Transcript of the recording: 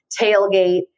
tailgate